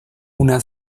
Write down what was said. una